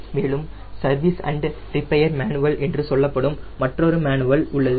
மேலும் service and repair manual என்று சொல்லப்படும் மற்றொரு மேனுவல் உள்ளது